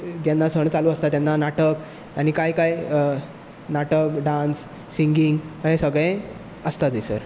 जेन्ना सण चालू आसता तेन्ना नाटक आनी काय काय नाटक डांस सिंगींग हें सगळें आसता थंयसर